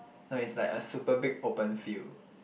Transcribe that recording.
not it's like a super big open field